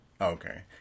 Okay